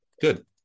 good